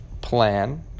plan